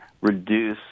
reduce